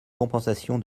compensation